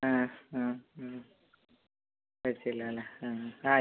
ആ ആ വച്ചില്ല അല്ലേ